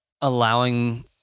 allowing